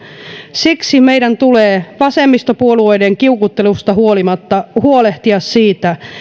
siksi meidän tulee vasemmistopuolueiden kiukuttelusta huolimatta huolehtia siitä